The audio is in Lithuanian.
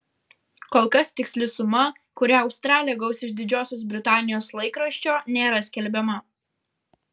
kol kas tiksli suma kurią australė gaus iš didžiosios britanijos laikraščio nėra skelbiama